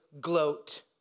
gloat